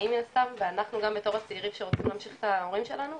החקלאים ואנחנו גם בתור הצעירים שרוצים להמשיך את ההורים שלנו,